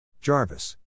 Jarvis